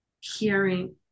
hearing